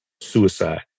suicide